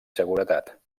seguretat